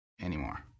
anymore